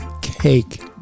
Cake